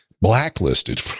blacklisted